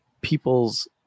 people's